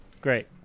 great